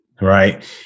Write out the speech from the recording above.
right